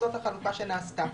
זאת החלוקה שנעשתה.